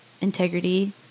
Integrity